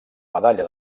medalla